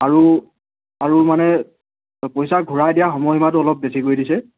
আৰু আৰু মানে পইচা ঘূৰাই দিয়াৰ সময়সীমাটো অলপ বেছিকৈ দিছে